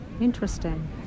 interesting